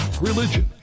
religion